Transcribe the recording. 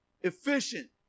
efficient